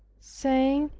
saying,